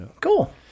Cool